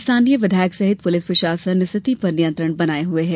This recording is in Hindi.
स्थानीय विधायक सहित पुलिस प्रशासन स्थिति पर नियंत्रण बनाए है